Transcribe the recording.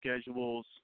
schedules